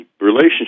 relationship